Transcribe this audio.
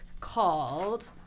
called